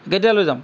কেতিয়া লৈ যাম